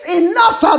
enough